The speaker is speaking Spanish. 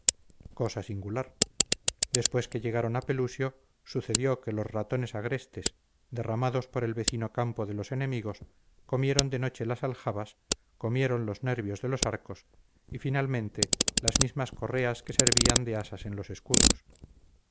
cosa singular después que llegaron a pelusio sucedió que los ratones agrestes derramados por el vecino campo de los enemigos comieron de noche las aljabas comieron los nervios de los arcos y finalmente las mismas correas que servían de asas en los escudos